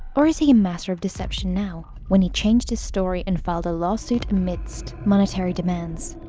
or is he master of deception now, when he changed his story and filed a lawsuit amidst monetary demands?